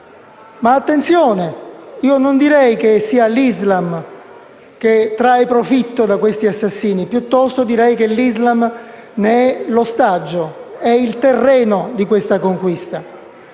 Attenzione però, perché non direi che sia l'Islam che trae profitto da questi assassini, piuttosto direi che l'Islam ne è l'ostaggio, è il terreno di questa conquista.